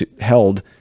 held